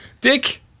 Dick